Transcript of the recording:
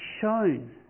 shown